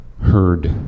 heard